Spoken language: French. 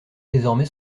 désormais